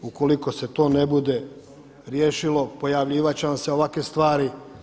Ukoliko se to ne bude riješilo pojavljivat će vam se ovakve stvari.